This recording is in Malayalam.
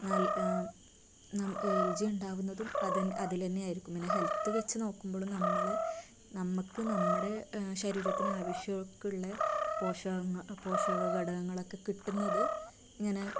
രുചി ഉണ്ടാവുന്നതും അതുതന്നെ അതിൽ തന്നെ ആയിരിക്കും പിന്നെ ഹെൽത്ത് വെച്ച് നോക്കുമ്പളും നമ്മള് നമ്മൾക്ക് നമ്മുടെ ശരീരത്തിന് ആവശ്യമൊക്കെ ഉള്ള പോഷകങ്ങൾ പോഷകഘടകങ്ങളൊക്കെ കിട്ടുന്നത് ഇങ്ങനെ